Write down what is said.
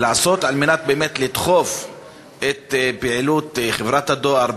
לעשות כדי באמת לדחוף את פעילות חברת הדואר,